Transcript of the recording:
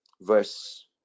verse